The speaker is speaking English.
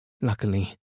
Luckily